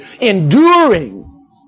enduring